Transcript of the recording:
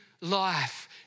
life